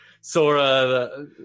sora